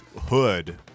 hood